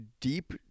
deep